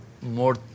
more